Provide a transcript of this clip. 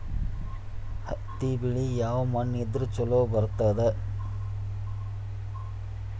ಹತ್ತಿ ಬೆಳಿ ಯಾವ ಮಣ್ಣ ಇದ್ರ ಛಲೋ ಬರ್ತದ?